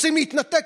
רוצים להתנתק?